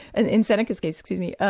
and in seneca's case excuse me,